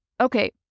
okay